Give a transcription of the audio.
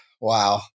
Wow